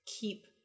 keep